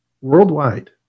worldwide